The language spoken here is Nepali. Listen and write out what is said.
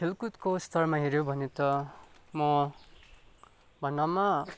खेलकुदको स्तरमा हेऱ्यो भने त म भन्नमा